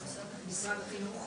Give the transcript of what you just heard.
למשרד החינוך,